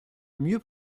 mieux